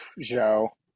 Joe